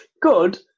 good